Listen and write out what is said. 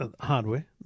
hardware